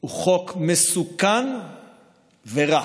הוא חוק מסוכן ורע,